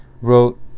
wrote